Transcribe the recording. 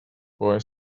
boy